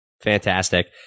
Fantastic